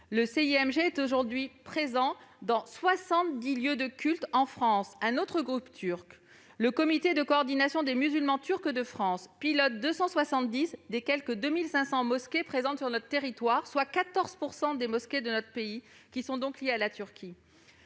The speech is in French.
La CIMG est aujourd'hui présente dans soixante-dix lieux de culte en France. Un autre groupe turc, le Comité de coordination des musulmans turcs de France, pilote 270 des quelque 2 500 mosquées présentes sur le territoire. Ainsi, 14 % des mosquées de notre pays sont liées à la Turquie.